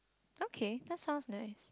okay that sounds nice